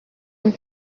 and